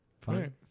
Fine